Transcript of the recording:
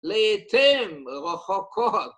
לעיתים רחוקות